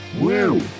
Woo